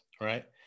right